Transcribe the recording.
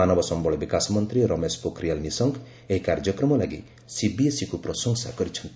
ମାନବ ସମ୍ଭଳ ବିକାଶ ମନ୍ତ୍ରୀ ରମେଶ ପୋଖରିଆଲ୍ ନିଶଙ୍କ ଏହି କାର୍ଯ୍ୟକ୍ରମ ଲାଗି ସିବିଏସ୍ଇକୁ ପ୍ରଶଂସା କରିଛନ୍ତି